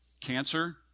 Cancer